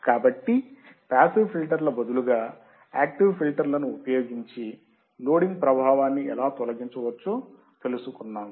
కాబట్టి పాసివ్ ఫిల్టర్ల బదులుగా యాక్టివ్ ఫిల్టర్ లను ఉపయోగించి లోడింగ్ ప్రభావాన్ని ఎలా తొలగించవచ్చో తెలుసుకున్నాము